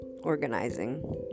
organizing